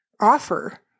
offer